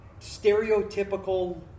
stereotypical